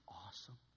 awesome